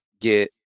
get